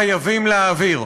חייבים להעביר.